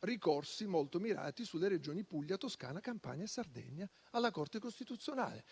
ricorsi molto mirati sulle Regioni Puglia, Toscana, Campania e Sardegna alla Corte costituzionale.